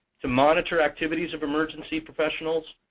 to monitor activities of emergency professionals,